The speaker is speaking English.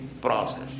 process